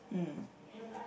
mm